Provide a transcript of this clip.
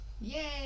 yay